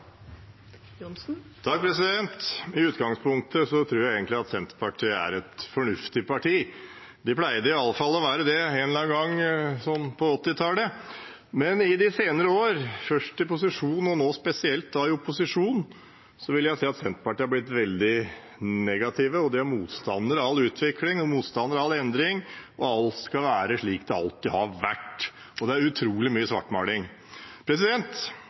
rett tid. I utgangspunktet tror jeg egentlig at Senterpartiet er et fornuftig parti – de pleide i alle fall å være det en eller annen gang på 1980-tallet. Men i de senere år – først i posisjon og nå, spesielt, i opposisjon – vil jeg si at Senterpartiet har blitt veldig negative og motstandere av all utvikling og all endring, alt skal være slik det alltid har vært. Og det er